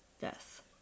death